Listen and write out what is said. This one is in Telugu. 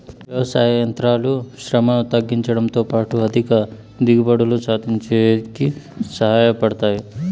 వ్యవసాయ యంత్రాలు శ్రమను తగ్గించుడంతో పాటు అధిక దిగుబడులు సాధించేకి సహాయ పడతాయి